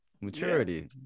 Maturity